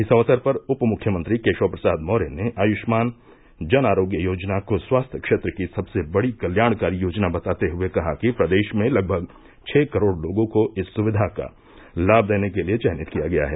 इस अवसर पर उपमुख्यमंत्री केशव प्रसाद मौर्य ने आयुष्मान जन आरोग्य योजना को स्वास्थ्य क्षेत्र की सबसे बड़ी कल्याणकारी योजना बताते हुए कहा कि प्रदेश में लगभग छः करोड़ लोगों को इस सुक्विा का लाभ देने के लिए चयनित किया गया है